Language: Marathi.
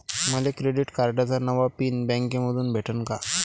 मले क्रेडिट कार्डाचा नवा पिन बँकेमंधून भेटन का?